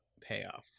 payoff